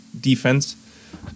defense